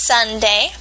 Sunday